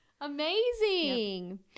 amazing